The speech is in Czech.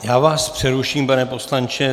Já vás přeruším, pane poslanče.